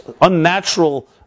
unnatural